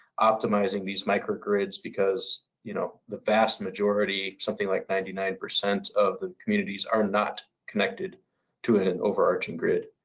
optimizing these microgrids because you know the vast majority something like ninety nine percent of the communities are not connected to an overarching grid.